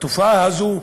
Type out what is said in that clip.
התופעה הזו,